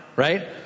Right